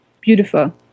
beautiful